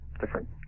different